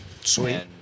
Sweet